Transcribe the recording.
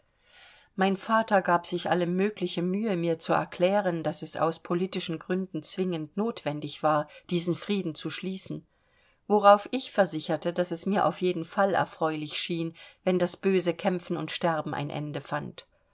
mein vater gab sich alle mögliche mühe mir zu erklären daß es aus politischen gründen zwingend notwendig war diesen frieden zu schließen worauf ich versicherte daß es mir auf jeden fall erfreulich schien wenn das böse kämpfen und sterben ein ende fand